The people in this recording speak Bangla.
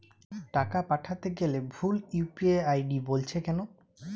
টাকা পাঠাতে গেলে ভুল ইউ.পি.আই আই.ডি বলছে কেনো?